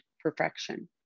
perfection